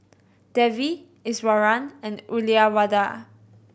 Devi Iswaran and Uyyalawada